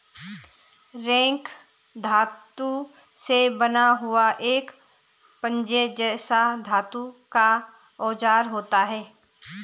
rake धातु से बना हुआ एक पंजे जैसा धातु का औजार होता है